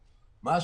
מדד.